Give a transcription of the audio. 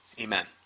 Amen